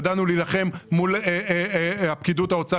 ידענו להילחם מול פקידות האוצר.